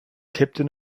tipton